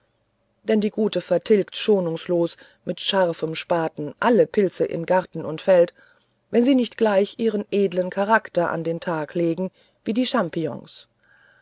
denn die gute vertilgt schonungslos mit scharfem spaten alle pilze in garten und feld wenn sie nicht gleich ihren edlen charakter an den tag legen wie die